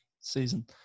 season